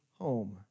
home